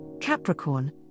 Capricorn